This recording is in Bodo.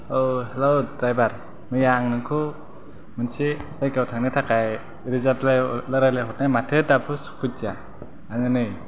औ हेल' ड्राइभार मैया आं नोंखौ मोनसे जायगायाव थांनो थाखाय रिजार्भ रायज्लायहरनाय माथो दाबो सफैदिया आङो नै